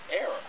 error